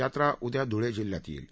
यात्रा उद्या धुळे जिल्ह्यात येईल